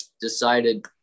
decided